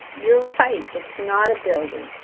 you're right, it's not a building,